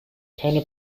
keine